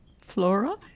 flora